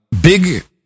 Big